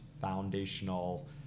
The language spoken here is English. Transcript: foundational